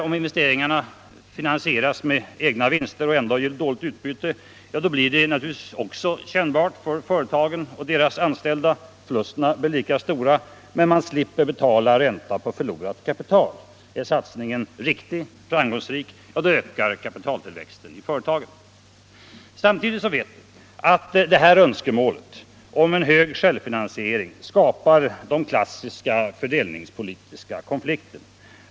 Om investeringarna finansieras med egna vinster och ändå ger dåligt utbyte blir det naturligtvis också kännbart för företagen och deras anställda. Förlusterna blir lika stora, men man slipper betala ränta på förlorat kapital. Är satsningen riktig och framgångsrik ökar kapitaltillväxten i företaget. Samtidigt vet vi att önskemålet om en hög självfinansiering skapar klassiska fördelningspolitiska konflikter.